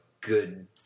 good